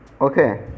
Okay